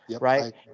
right